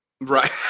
right